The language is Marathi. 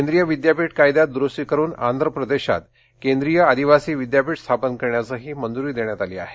केंद्रीय विद्यापीठ कायद्यात दुरुस्ती करून आंध्र प्रदेशात केंद्रीय आदिवासी विद्यापीठ स्थापन करण्यासही मंजुरी देण्यात आली आहे